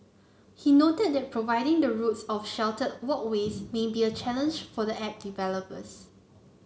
he noted that providing the routes of sheltered walkways may be a challenge for the app developers